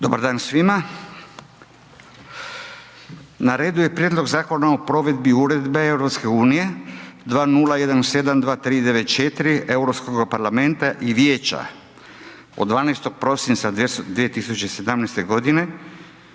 Dobar dan svima. Na redu je: - Prijedlog zakona o provedbi Uredbe (EU) 2017/2394 Europskog parlamenta i Vijeća od 12. prosinca 2017. o